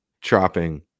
chopping